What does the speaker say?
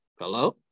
Hello